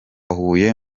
huye